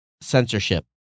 censorship